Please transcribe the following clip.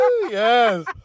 Yes